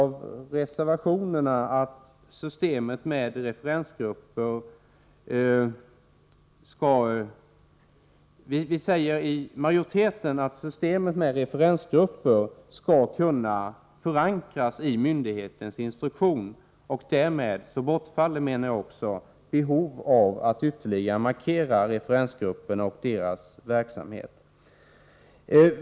Vi säger i utskottsmajoriteten att systemet med referensgrupper skall kunna förankras i myndighetens instruktion. Därmed bortfaller, menar jag, behovet av att ytterligare markera referensgrupperna och deras verksamhet.